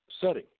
setting